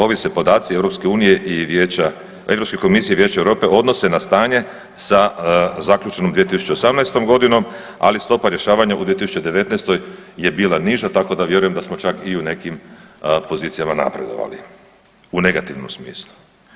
Ovi se podaci EU i vijeća, EU komisije i Vijeća EU odnose na stanje sa zaključnom 2018. g., ali stopa rješavanja u 2019. je bila niža, tako da vjerujem da smo čak i u nekim pozicijama napredovali, u negativnom smislu.